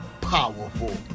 powerful